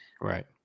Right